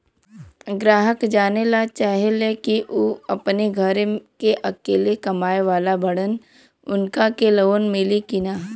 ग्राहक जानेला चाहे ले की ऊ अपने घरे के अकेले कमाये वाला बड़न उनका के लोन मिली कि न?